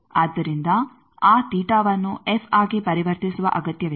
ಆದ್ದರಿಂದ ಆ ವನ್ನು ಎಫ್ ಆಗಿ ಪರಿವರ್ತಿಸುವ ಅಗತ್ಯವಿದೆ